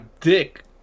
dick